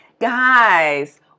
guys